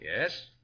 Yes